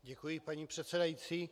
Děkuji, paní předsedající.